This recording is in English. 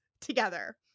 together